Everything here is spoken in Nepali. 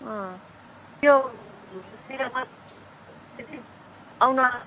त्यो